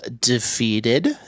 defeated